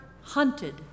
hunted